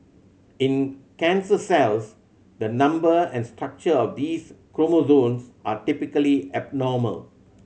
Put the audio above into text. in cancer cells the number and structure of these chromosomes are typically abnormal